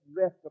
rest